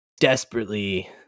desperately